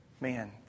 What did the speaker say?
man